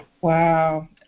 Wow